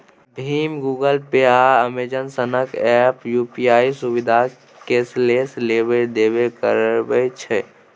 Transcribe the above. भीम, Google Pay, आ Amazon सनक app UPI सुविधासँ कैशलेस लेब देब करबै छै